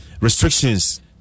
restrictions